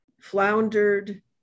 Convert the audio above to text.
floundered